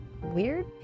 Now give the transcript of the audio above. weird